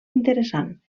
interessant